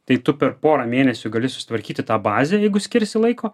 tai tu per porą mėnesių gali susitvarkyti tą bazę jeigu skirsi laiko